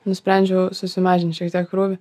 nusprendžiau susimažint šiek tiek krūvį